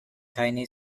tiny